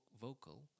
vocal